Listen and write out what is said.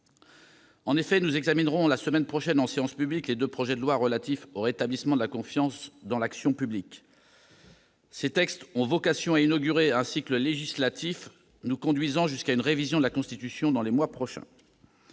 En effet, nous examinerons la semaine prochaine en séance publique les deux projets de loi relatifs au rétablissement de la confiance dans l'action publique. Ces textes ont vocation à inaugurer un cycle législatif nous conduisant jusqu'à une révision de la Constitution dans les mois prochains.